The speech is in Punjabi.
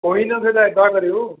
ਕੋਈ ਨਾ ਫਿਰ ਐਦਾਂ ਕਰਿਉ